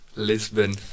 Lisbon